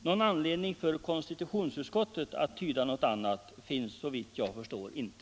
Någon anledning för konstitutionsutskottet att göra en annan tydning finns såvitt jag förstår inte.